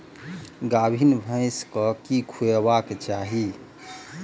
गाभीन भैंस केँ की खुएबाक चाहि?